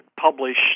published